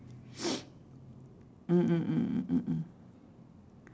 mm mm mm mm mm mm